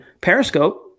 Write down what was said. Periscope